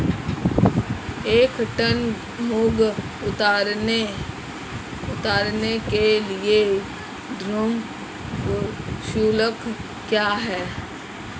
एक टन मूंग उतारने के लिए श्रम शुल्क क्या है?